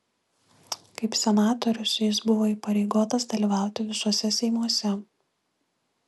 kaip senatorius jis buvo įpareigotas dalyvauti visuose seimuose